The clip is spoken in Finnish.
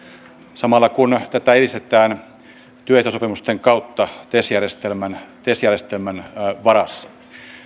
samalla kun tätä edistetään työehtosopimusten kautta tes järjestelmän tes järjestelmän varassa